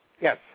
Yes